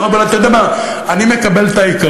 אבל, בסדר, אבל אתה יודע מה, אני מקבל את העיקרון.